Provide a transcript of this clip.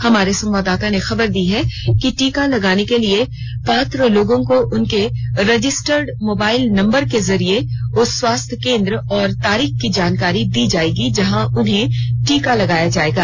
हमारे संवाददाता ने खबर दी है कि टीके लगाने के लिए पात्र लोगों को उनके रजिस्टर्ड मोबाइल नंबर के जरिए उस स्वास्थ्य केन्द्र और तारीख की जानकारी दी जाएगी जहां उन्हें टीका लगाया जाएगा